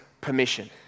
permission